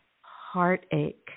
heartache